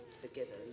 forgiven